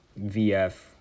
vf